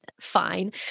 fine